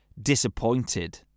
disappointed